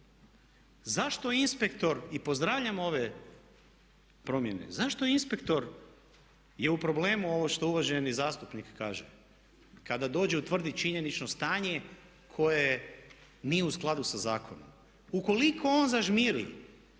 Zašto inspektor i pozdravljam ove promjene. Zašto inspektor je u problemu ovo što uvaženi zastupnik kaže kada dođe utvrdit činjenično stanje koje nije u skladu sa zakonom. Ukoliko on zažmiri